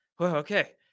Okay